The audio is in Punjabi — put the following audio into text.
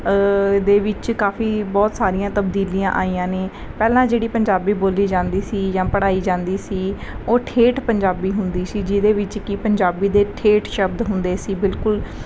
ਦੇ ਵਿੱਚ ਕਾਫੀ ਬਹੁਤ ਸਾਰੀਆਂ ਤਬਦੀਲੀਆਂ ਆਈਆਂ ਨੇ ਪਹਿਲਾਂ ਜਿਹੜੀ ਪੰਜਾਬੀ ਬੋਲੀ ਜਾਂਦੀ ਸੀ ਜਾਂ ਪੜ੍ਹਾਈ ਜਾਂਦੀ ਸੀ ਉਹ ਠੇਠ ਪੰਜਾਬੀ ਹੁੰਦੀ ਸੀ ਜਿਹਦੇ ਵਿੱਚ ਕਿ ਪੰਜਾਬੀ ਦੇ ਠੇਠ ਸ਼ਬਦ ਹੁੰਦੇ ਸੀ ਬਿਲਕੁਲ